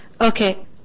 Okay